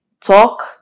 talk